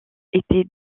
était